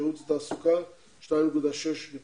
שירות התעסוקה 2.64%,